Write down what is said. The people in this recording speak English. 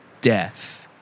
death